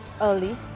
early